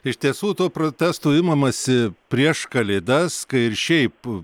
iš tiesų tų protestų imamasi prieš kalėdas kai ir šiaip